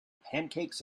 pancakes